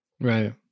Right